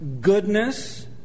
goodness